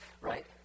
right